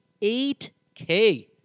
8K